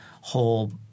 whole